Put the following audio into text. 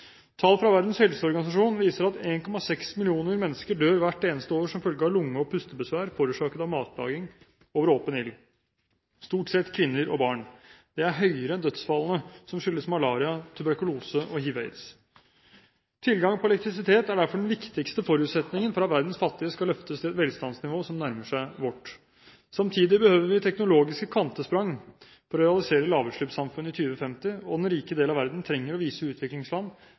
Tall fra Verdens helseorganisasjon viser at 1,6 millioner mennesker dør hvert eneste år som følge av lunge- og pustebesvær forårsaket av matlaging over åpen ild, stort sett kvinner og barn. Det er flere enn dødsfallene som skyldes malaria, tuberkulose og hiv/aids. Tilgang på elektrisitet er derfor den viktigste forutsetningen for at verdens fattige skal løftes til et velstandsnivå som nærmer seg vårt. Samtidig behøver vi teknologiske kvantesprang for å realisere lavutslippssamfunnet i 2050, og den rike del av verden trenger å vise utviklingsland